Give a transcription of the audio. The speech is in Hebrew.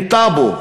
עם טאבו.